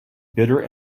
bitter